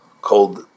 called